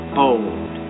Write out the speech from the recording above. bold